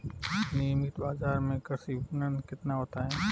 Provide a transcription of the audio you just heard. नियमित बाज़ार में कृषि विपणन कितना होता है?